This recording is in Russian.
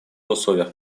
условиях